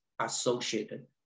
associated